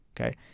Okay